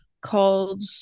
called